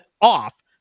off